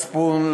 מצפון,